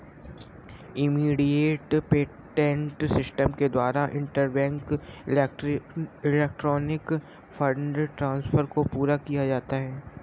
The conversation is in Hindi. इमीडिएट पेमेंट सिस्टम के द्वारा इंटरबैंक इलेक्ट्रॉनिक फंड ट्रांसफर को पूरा किया जाता है